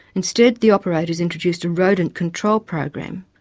instead, the operators introduced a rodent control program,